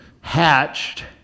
hatched